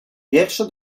wiersze